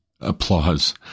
applause